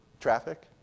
Traffic